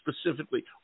specifically